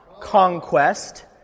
Conquest